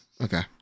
Okay